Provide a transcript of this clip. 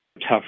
tough